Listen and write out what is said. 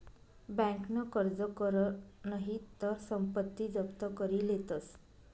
बँकन कर्ज कर नही तर संपत्ती जप्त करी लेतस